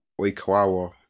Oikawa